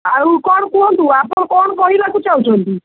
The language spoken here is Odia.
ଆଉ କ'ଣ କୁହନ୍ତୁ ଆପଣ କ'ଣ କହିବାକୁ ଚାହୁଁଛନ୍ତି